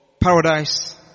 paradise